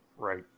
right